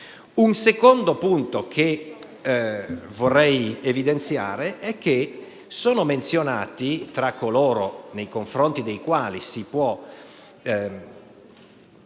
Un secondo punto che vorrei evidenziare è che, tra coloro nei confronti dei quali si può